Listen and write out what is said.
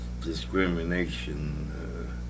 discrimination